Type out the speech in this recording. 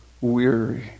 weary